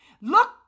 look